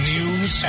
News